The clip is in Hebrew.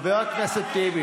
חבר הכנסת טיבי.